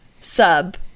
sub